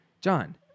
John